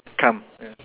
come ya